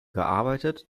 gearbeitet